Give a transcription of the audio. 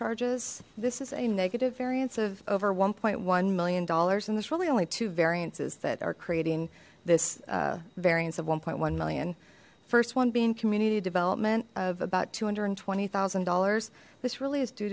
charges this is a negative variance of over one one million dollars and there's really only two variances that are creating this variance of one one million first one being community development of about two hundred and twenty thousand dollars this really is due